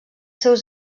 seus